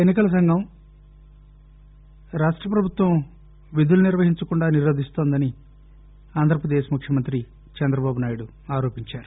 ఎన్నికల సంఘం రాష్ట ప్రభుత్వం విధులు నిర్వహించకుండా నిరోధిస్తోందని ఆంధ్రప్రదేశ్ ముఖ్యమంత్రి చంద్రబాబునాయుడు ఆరోపించారు